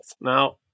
Now